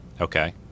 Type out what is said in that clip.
Okay